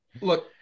Look